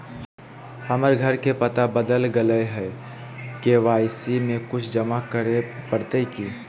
हमर घर के पता बदल गेलई हई, के.वाई.सी में कुछ जमा करे पड़तई की?